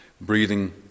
breathing